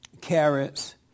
carrots